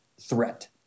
threat